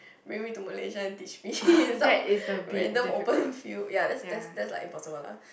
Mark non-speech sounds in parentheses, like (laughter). bring me to Malaysia and teach me (laughs) some random open field ya that's that's that's like impossible lah